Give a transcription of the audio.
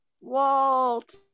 Walt